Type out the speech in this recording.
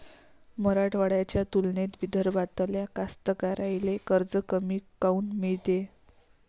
मराठवाड्याच्या तुलनेत विदर्भातल्या कास्तकाराइले कर्ज कमी काऊन मिळते?